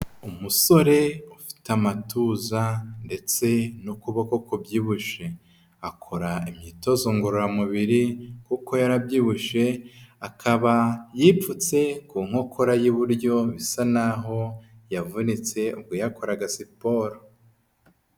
Umusore ufite amatuza ndetse n'ukuboko kubyibushye, akora imyitozo ngororamubiri kuko yarabyibushye akaba yipfutse ku nkokora y'iburyo bisa n'aho yavunitse ubwo yakoraga siporo.